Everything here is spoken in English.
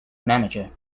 manager